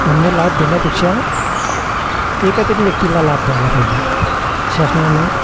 अन्य लाभ देण्यापेक्षा एका तरी व्यक्तीला लाभ द्यायला पाहिजे शासनानं